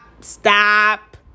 stop